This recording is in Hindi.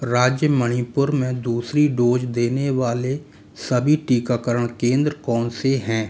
राज्य मणिपुर में दूसरी डोज़ देने वाले सभी टीकाकरण केंद्र कौनसे हैं